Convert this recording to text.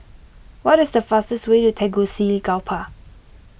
what is the fastest way to Tegucigalpa